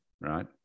right